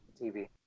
TV